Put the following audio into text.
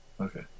Okay